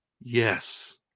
yes